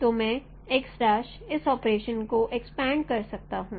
तो मैं इस ऑपरेशन को एक्सपेंड कर सकता हूं